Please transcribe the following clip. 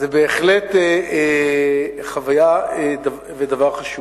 זה בהחלט חוויה ודבר חשוב.